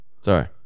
Sorry